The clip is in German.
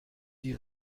die